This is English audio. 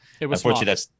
Unfortunately